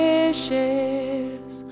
Wishes